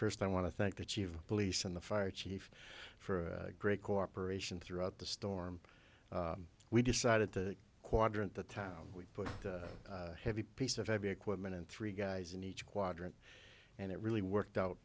first i want to thank the chief of police and the fire chief for great cooperation throughout the storm we decided to quadrant the town we put heavy piece of heavy equipment in three guys in each quadrant and it really worked out